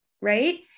right